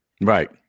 right